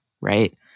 right